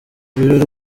ibirori